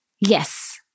Yes